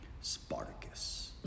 Spartacus